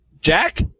Jack